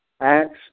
Acts